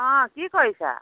অঁ কি কৰিছা